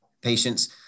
patients